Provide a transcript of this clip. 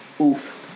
Oof